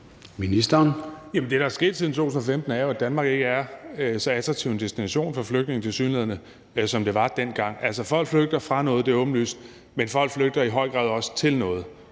der er sket siden 2015, er jo, at Danmark tilsyneladende ikke er så attraktiv en destination for flygtninge, som det var dengang. Folk flygter fra noget – det er åbenlyst – men folk flygter i høj grad også til noget.